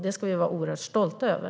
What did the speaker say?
Det ska vi vara oerhört stolta över.